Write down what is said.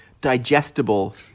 digestible